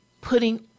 putting